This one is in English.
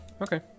Okay